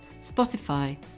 Spotify